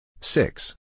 Six